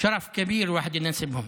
משפחה שכבוד גדול להיות גיס שלהם.